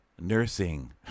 Nursing